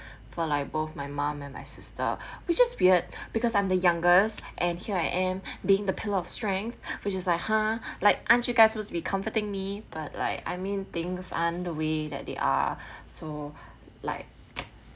for like both my mum and my sister which is weird because I'm the youngest and here I am being the pillar of strength which is like !huh! like aren't you guys was to be comforting me but like I mean things aren't the way that they are so like